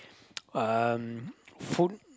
um food